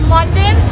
London